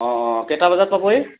অঁ অঁ কেইটা বজাত পাবহি